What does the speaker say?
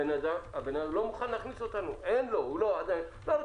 הבן אדם לא מוכן להכניס אותנו הוא לא רוצה,